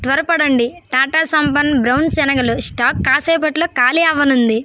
త్వరపడండి టాటా సంపన్న్ బ్రౌన్ శనగలు స్టాకు కాసేపట్లో ఖాళీ అవ్వనుంది